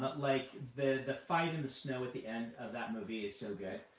but like the the fight in the snow at the end of that movie is so good.